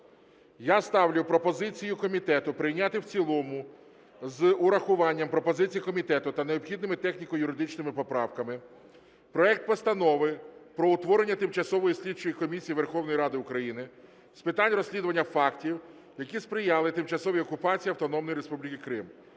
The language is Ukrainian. Я ставлю пропозицію комітету прийняти в цілому з врахуванням пропозицій комітету та необхідними техніко-юридичними поправками проект Постанови про утворення Тимчасової слідчої комісії Верховної Ради України з питань розслідування фактів, які сприяли тимчасовій окупації Автономної Республіки Крим